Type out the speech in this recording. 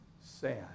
sad